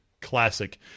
Classic